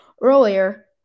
earlier